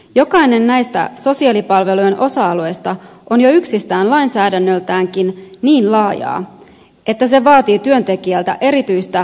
jokainen näistä sosiaalipalvelujen osa alueesta on jo yksistään lainsäädännöltäänkin niin laaja että se vaatii työntekijältä erityistä erikoistumista asiaan